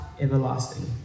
Everlasting